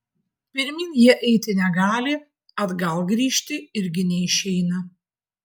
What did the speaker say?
pirmyn jie eiti negali atgal grįžti irgi neišeina